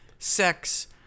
Sex